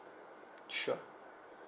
sure